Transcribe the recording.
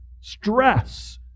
stress